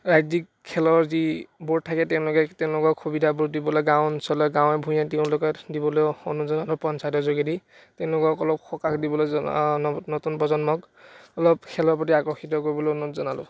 ৰাজ্যিক খেলৰ যি ব'ৰ্ড থাকে তেওঁলোকে তেওঁলোকক সুবিধাবোৰ দিব লাগে গাঁও অঞ্চলত গাঁৱে ভূঞে তেওঁলোকে দিবলৈ পঞ্চায়তৰ যোগেদি তেওঁলোকক অলপ সকাহ দিবলৈ নতুন প্ৰজন্মক অলপ খেলৰ প্ৰতি আকৰ্ষিত কৰিবলৈ অনুৰোধ জনালো